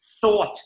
thought